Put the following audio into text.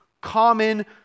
common